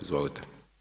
Izvolite.